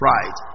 Right